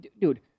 Dude